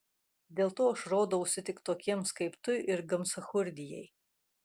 dėl to aš rodausi tik tokiems kaip tu ir gamsachurdijai